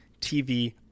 TV